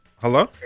hello